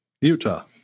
Utah